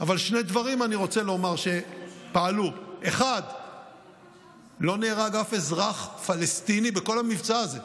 אבל שני דברים אני רוצה לומר שפעלו: 1. לא נהרג אף אזרח פלסטיני בכל המבצע הזה.